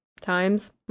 times